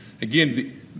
Again